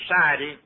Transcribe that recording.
society